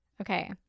Okay